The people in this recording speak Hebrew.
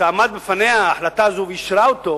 כשעמדה בפניה ההחלטה הזאת והיא אישרה אותה